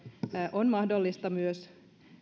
on mahdollista myös